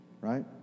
Right